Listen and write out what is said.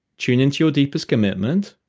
tune into your deepest commitment,